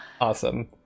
awesome